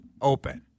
open